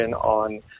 on